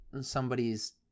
somebody's